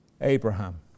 Abraham